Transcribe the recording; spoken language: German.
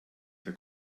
der